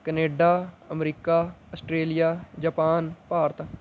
Canada America Australia Japan Bharat